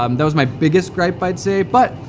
um that was my biggest gripe, i'd say. but,